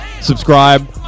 Subscribe